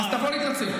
אז תבוא להתנצל.